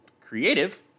creative